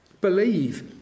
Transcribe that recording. Believe